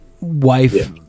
wife